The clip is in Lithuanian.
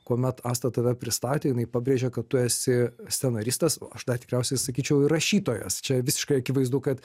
kuomet asta tave pristatė jinai pabrėžė kad tu esi scenaristas o aš dar tikriausiai sakyčiau ir rašytojas čia visiškai akivaizdu kad